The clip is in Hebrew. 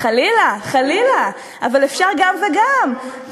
חלילה, חלילה, אבל אפשר גם וגם.